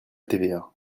tva